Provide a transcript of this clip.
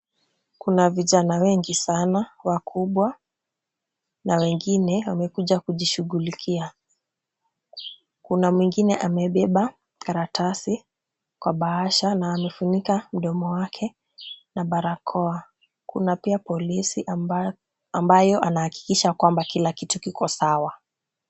Kuna vijana wengi sana wakubwa na wengine wamekuja kujishughulikia. Kuna mwingine amebeba karatasi kwa bahasha na amefunika mdomo wake na barakoa. Kuna pia polisi ambayo anahakikisha kwamba kila kitu kiko sawa.